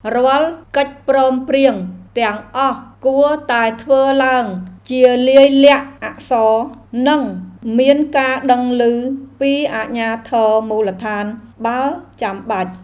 រាល់កិច្ចព្រមព្រៀងទាំងអស់គួរតែធ្វើឡើងជាលាយលក្ខណ៍អក្សរ និងមានការដឹងឮពីអាជ្ញាធរមូលដ្ឋានបើចាំបាច់។